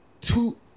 two